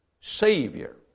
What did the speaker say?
Savior